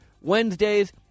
Wednesdays